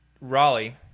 raleigh